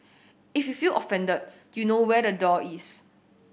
if you feel offended you know where the door is